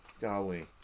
Golly